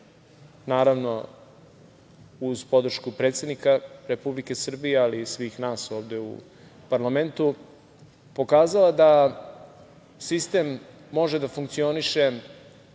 naravno uz podršku predsednika Republike Srbije, ali i svih nas ovde u parlamentu, pokazala da sistem može da funkcioniše